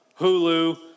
Hulu